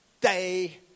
day